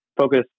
focus